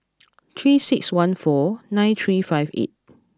three six one four nine three five eight